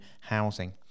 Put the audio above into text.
housing